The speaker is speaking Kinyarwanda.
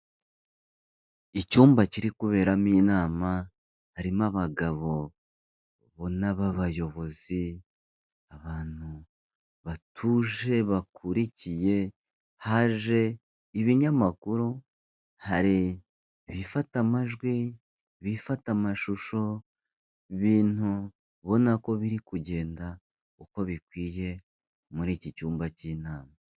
Icyumba kiri kuberamo inama harimo abagabo ubona b'abayobozi abantu batuje bakurikiye, haje ibinyamakuru hari ibifata amajwi, ibifata amashusho, ibintu ubona ko biri kugenda uko bikwiye muri iki cyumba k'inama.